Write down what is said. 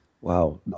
Wow